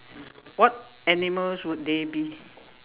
what animals would they be